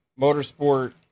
Motorsport